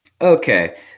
Okay